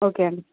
okay ఆండీ